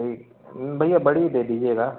ठीक भैया बड़ी ही दे दीजिएगा